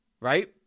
right